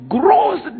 Gross